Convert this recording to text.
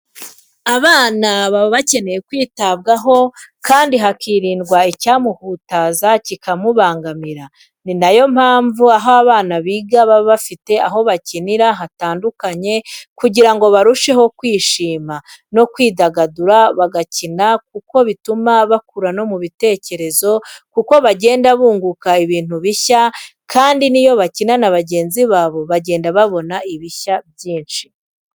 Abana baba bakeneye kwitabwaho kandi hakirindwa icyamuhutaza kikamubangamira. Ni na yo mpamvu aho abana biga baba bafite aho bakinira hatandukanye kugira ngo barusheho kwishima no kwidagadura bagakina kuko bituma bakura no mu bitekerezo kuko bagenda bunguka ibintu bishya kandi n'iyo bakina na bagenzi babo bagenda babona ibishya byinshi.